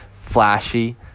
flashy